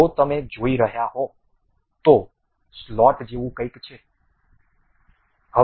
જો તમે જોઈ રહ્યા હો તો સ્લોટ જેવું કંઈક છે